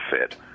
fit